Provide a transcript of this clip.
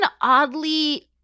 oddly